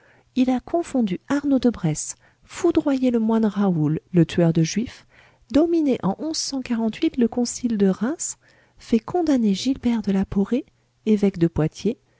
il a confondu arnaud de bresce foudroyé le moine raoul le tueur de juifs dominé en le concile de reims fait condamner gilbert de la porée évêque de poitiers